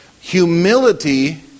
Humility